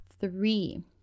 three